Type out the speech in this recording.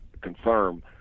confirm